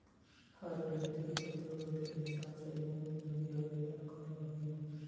हर व्यक्ति अपन ज़रूरत के हिसाब से लोन लागी आवेदन कर हई